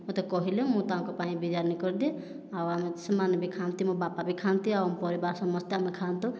ମୋତେ କହିଲେ ମୁଁ ତାଙ୍କ ପାଇଁ ବିରିୟାନୀ କରିଦିଏ ଆଉ ଆମେ ସେମାନେ ବି ଖାଆନ୍ତି ମୋ' ବାପା ବି ଖାଆନ୍ତି ଆଉ ଆମ ପରିବାର ସମସ୍ତେ ଆମେ ଖାଆନ୍ତୁ